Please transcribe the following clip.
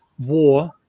war